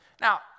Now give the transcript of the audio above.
Now